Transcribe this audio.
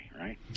right